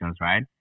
right